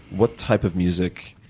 what type of music?